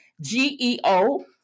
GEO